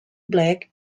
black